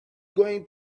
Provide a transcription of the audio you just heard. going